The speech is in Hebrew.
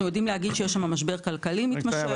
אנחנו יודעים להגיד שיש שם משבר כלכלי מתמשך.